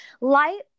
light